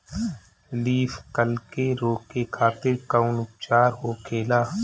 Leaf curl के रोके खातिर कउन उपचार होखेला?